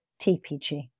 TPG